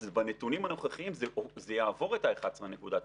אז בנתונים הנוכחיים זה יעבור את ה-11.9%,